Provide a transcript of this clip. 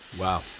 Wow